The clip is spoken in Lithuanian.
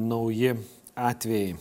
nauji atvejai